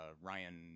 Ryan